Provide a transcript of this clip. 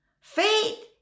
Faith